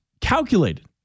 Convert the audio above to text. calculated